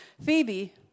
Phoebe